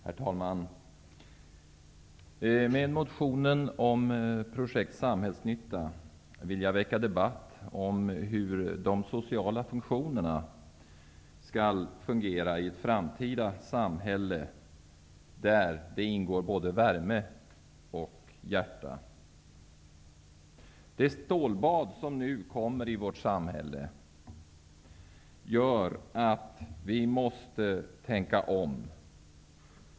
Herr talman! Med motionen om projekt Samhällsnyttan ville jag väcka debatt om hur de sociala funktionerna skall fungera i ett framtida samhälle, där det ingår både värme och hjärta. Det stålbad som nu kommer i vårt samhälle gör att vi måste tänka om.